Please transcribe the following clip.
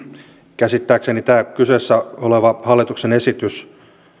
käsittääkseni tämän kyseessä olevan hallituksen esityksen käsittely